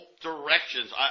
directions